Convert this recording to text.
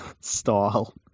style